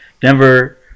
Denver